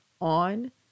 on